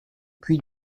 puy